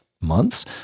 months